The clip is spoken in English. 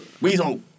weasel